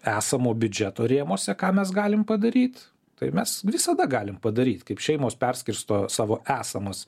esamo biudžeto rėmuose ką mes galim padaryt tai mes visada galim padaryt kaip šeimos perskirsto savo esamus